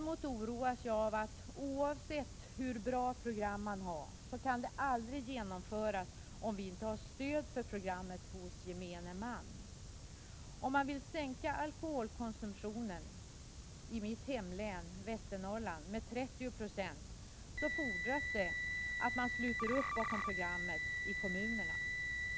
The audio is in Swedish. Men oavsett hur bra program man har kan de aldrig genomföras om vi inte har stöd för programmet hos gemene man. Det är något som oroar mig. Om man vill sänka alkoholkonsumtionen i mitt hemlän Västernorrland med 30 96 fordras att man sluter upp bakom programmet i kommunerna.